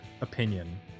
opinion